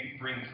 bring